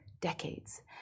decades